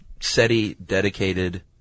SETI-dedicated